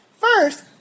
First